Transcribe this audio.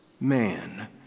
man